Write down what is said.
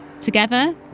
Together